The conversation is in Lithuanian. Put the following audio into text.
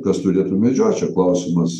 kas turėtų medžiot čia klausimas